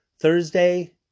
Thursday